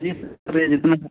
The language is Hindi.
जी सर प्रे जितना है